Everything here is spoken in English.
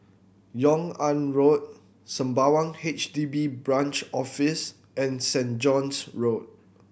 Yung An Road Sembawang H D B Branch Office and Saint John's Road